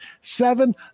seven